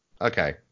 Okay